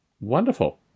Wonderful